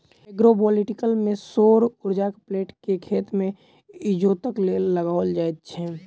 agrovoltaic मे सौर उर्जाक प्लेट के खेत मे इजोतक लेल लगाओल जाइत छै